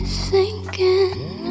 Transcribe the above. sinking